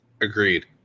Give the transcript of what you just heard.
Agreed